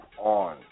on